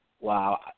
Wow